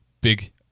Big